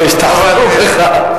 אני מבקש: תחזור בך.